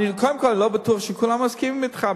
קודם כול אני לא בטוח שכולם מסכימים אתך,